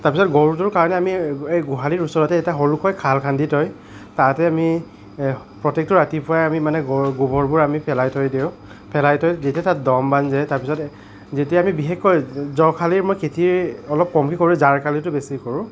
তাৰ পিছত গৰুটোৰ কাৰণে আমি এই গোহালিৰ ওচৰতে এটা সৰুকৈ খাল খান্দি থয় তাত আমি প্ৰত্যেকটো ৰাতিপুৱাই আমি মানে গৰু গোবৰবোৰ আমি পেলাই থৈ দিওঁ পেলাই থৈ যেতিয়া তাত দ'ম বান্ধে তাৰ পাছত যেতিয়া আমি বিশেষকৈ জহকালি হোৱাৰ খেতিৰ অলপ কমেই কৰোঁ জাৰকালিটো বেছি কৰোঁ